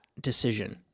decision